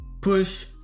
push